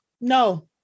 no